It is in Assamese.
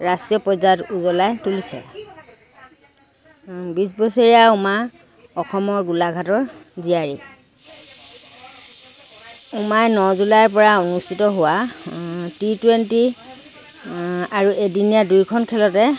ৰাষ্ট্ৰীয় পৰ্যায়ত উজ্ৱলাই তুলিছে বিছ বছৰীয়া উমা অসমৰ গোলাঘাটৰ জীয়াৰী উমাই ন জুলাইৰ পৰা অনুষ্ঠিত হোৱা টি টুৱেণ্টি আৰু এদিনীয়া দুইখন খেলতে